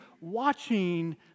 watching